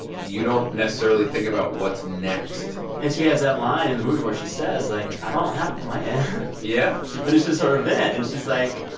you don't necessarily think about what's next and she has that line in the movie where she says, like, i don't have a plan yeah she finishes her event and she's like,